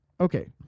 Okay